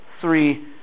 three